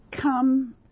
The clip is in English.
come